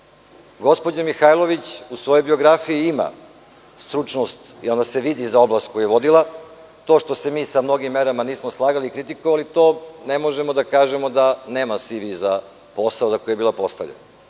radi. Gospođa Mihajlović u svojoj biografiji ima stručnost i ona se vidi za oblast koju je vodila. To što se mi sa mnogim merama nismo slagali i kritikovali, ne možemo da kažemo da nema CV za posao za koji je bila postavljena.